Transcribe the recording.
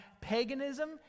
paganism